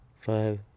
Five